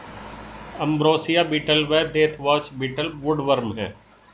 ambrosia beetle व deathwatch beetle woodworm हैं